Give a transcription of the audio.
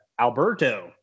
Alberto